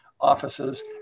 offices